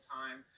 time